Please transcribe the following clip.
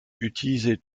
utilisaient